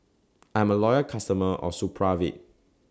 I'm A Loyal customer of Supravit